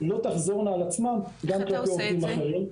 לא תחזורנה על עצמן גם כלפי עובדים אחרים.